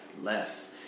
left